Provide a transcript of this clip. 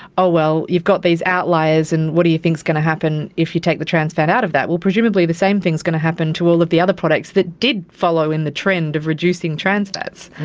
oh well, you've got these outliers and what do you think's going to happen if you take the trans fat out of that? well, presumably the same thing is going to happen to all of the other products that did follow in the trend of reducing trans fats.